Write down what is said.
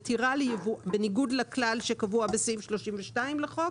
בניגוד לכלל שקבוע בסעיף 32 לחוק,